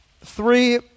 Three